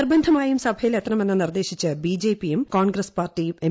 നിർബന്ധമായും സഭയിലെത്തണമെന്ന് നിർദേശിച്ച് ബിജെപിയും കോൺഗ്രസും പാർട്ടി എം